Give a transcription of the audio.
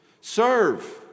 Serve